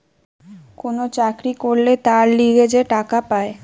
কোন চাকরি করলে তার লিগে যে টাকা পায়